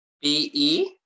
B-E